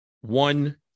one